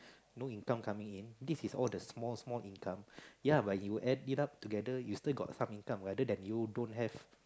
no income coming in this is all the small small income yea but you add it up together you still got some income rather than you don't have